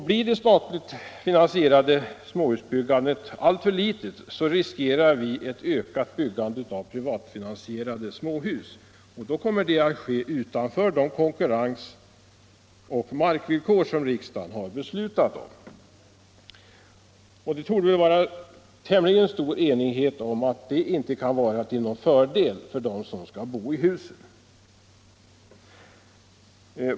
Blir det statligt finansierade småhusbyggandet alltför litet riskerar vi ett ökat byggande av privat finansierade småhus, och det kommer då att ske utanför de konkurrensoch markvillkor som riksdagen har beslutat om. Det torde vara tämligen stor enighet om att detta inte kan vara till någon fördel för dem som skall bo i husen.